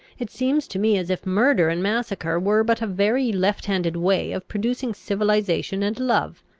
it seems to me as if murder and massacre were but a very left-handed way of producing civilisation and love.